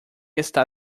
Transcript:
está